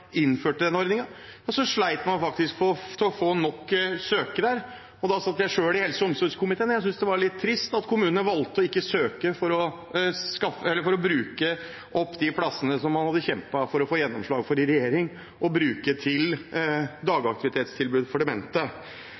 å få nok søkere. Da satt jeg selv i helse- og omsorgskomiteen, og jeg syntes det var litt trist at kommunene ikke valgte å søke og bruke de plassene som man i regjering hadde kjempet for å få gjennomslag for som dagaktivitetstilbud for demente. Men nå er det heldigvis et stort trykk. Det er mange som ønsker plass, og